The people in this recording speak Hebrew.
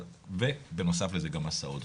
ובנוסף לזה גם הסעות.